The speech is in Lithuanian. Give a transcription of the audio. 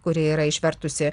kuri yra išvertusi